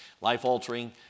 Life-altering